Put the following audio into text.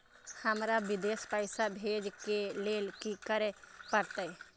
हमरा विदेश पैसा भेज के लेल की करे परते?